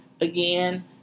again